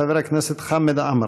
חבר הכנסת חמד עמאר.